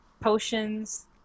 potions